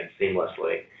seamlessly